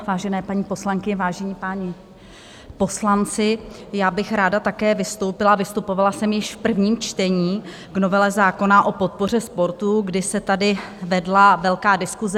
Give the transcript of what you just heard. Vážené paní poslankyně, vážení páni poslanci, já bych ráda také vystoupila, a vystupovala jsem již v prvním čtení, k novele zákona o podpoře sportu, kdy se tady vedla velká diskuse.